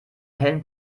hellen